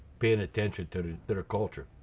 paying attention to the culture.